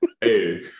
Hey